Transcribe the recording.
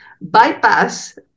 bypass